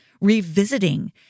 revisiting